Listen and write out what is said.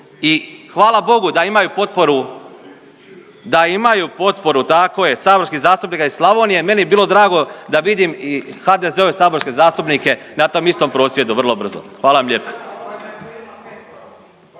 I hvala bogu da imaju potporu, da imaju potporu tako je saborskih zastupnika iz Slavonije. Meni bi bilo drago da vidim i HDZ-ove saborske zastupnike na tom istom prosvjedu vrlo brzo. Hvala lijepo.